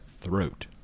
throat